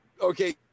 Okay